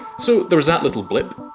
so there was that little blip